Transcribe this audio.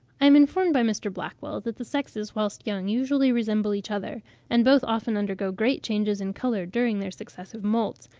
i am informed by mr. blackwall that the sexes whilst young usually resemble each other and both often undergo great changes in colour during their successive moults,